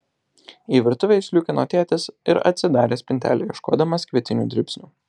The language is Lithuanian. į virtuvę įsliūkino tėtis ir atsidarė spintelę ieškodamas kvietinių dribsnių